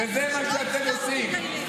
זה מה שאתם עושים.